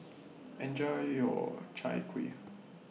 Enjoy your Chai Kuih